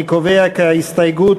אני קובע כי ההסתייגות